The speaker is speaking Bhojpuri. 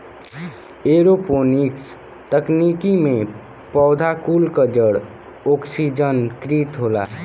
एरोपोनिक्स तकनीकी में पौधा कुल क जड़ ओक्सिजनकृत होला